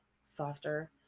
softer